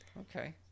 Okay